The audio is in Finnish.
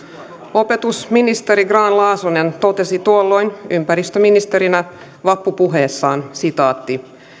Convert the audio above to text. opetusministeri grahn laasonen totesi tuolloin ympäristöministerinä vappupuheessaan